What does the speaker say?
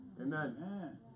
Amen